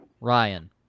Ryan